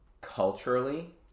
culturally